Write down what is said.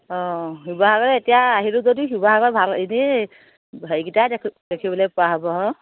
অঁ শিৱসাগৰ এতিয়া আহিলোঁ যদিও শিৱসাগৰত ভাল এনেই হেৰিকেইটাই দেখিবলৈ পোৱা হ'ব